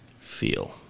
feel